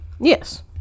Yes